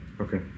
Okay